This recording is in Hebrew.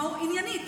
עניינית,